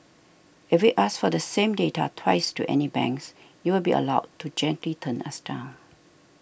if we ask for the same data twice to any banks you will be allowed to gently turn us down